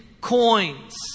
coins